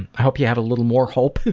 and i hope you had a little more hope